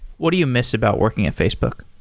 what do you miss about working with facebook?